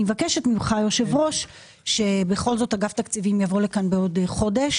אני בקשת ממך היושב ראש שבכל זאת אגף תקציבים יבוא לכאן בעוד חודש